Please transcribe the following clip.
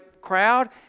crowd